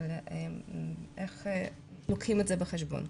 איך לוקחים את זה בחשבון.